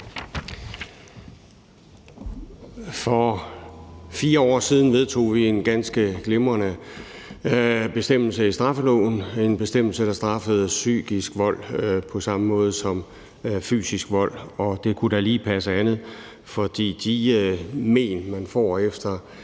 For 4 år siden vedtog vi en ganske glimrende bestemmelse i straffeloven. Det var en bestemmelse, hvor man straffer psykisk vold på samme måde som fysisk vold. Og andet kunne da lige passe, for de men, man får efter